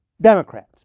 Democrats